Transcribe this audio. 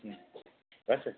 बस